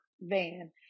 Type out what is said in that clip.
van